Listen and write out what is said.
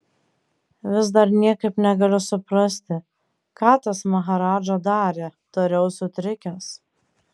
vis dar niekaip negaliu suprasti ką tas maharadža darė tariau sutrikęs